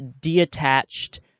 detached